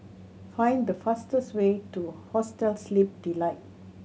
find the fastest way to Hostel Sleep Delight